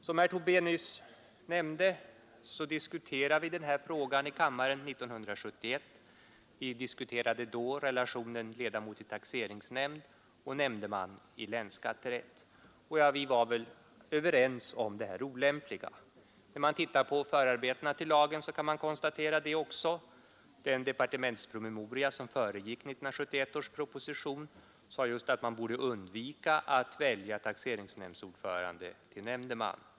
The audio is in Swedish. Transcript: Som herr Tobé nyss nämnde diskuterade vi denna fråga i kammaren 1971. Vi diskuterade då relationen ledamot i taxeringsnämnd och nämndeman i länsskatterätt, och vi var överens om det olämpliga i att samma person innehar båda befattningarna. Också om man ser på förarbetena till lagen kan man konstatera detta. I den departementspromemoria som föregick 1971 års proposition anfördes att man borde undvika att välja taxeringsnämndsordförande till nämndeman.